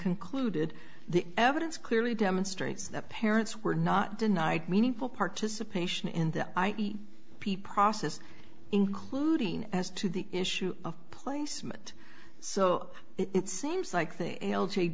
concluded the evidence clearly demonstrates that parents were not denied meaningful participation in the i p process including as to the issue of placement so it seems like the